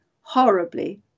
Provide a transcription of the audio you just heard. horribly